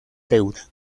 deuda